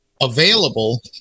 available